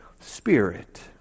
spirit